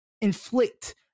inflict